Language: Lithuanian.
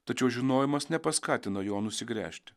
tačiau žinojimas nepaskatino jo nusigręžti